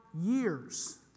years